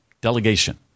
delegation